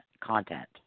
content